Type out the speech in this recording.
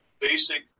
basic